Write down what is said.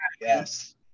Yes